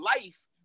life